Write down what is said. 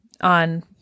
on